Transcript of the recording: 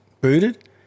booted